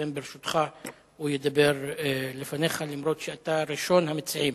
אנחנו עוברים להצעות לסדר-היום